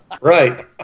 Right